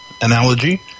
analogy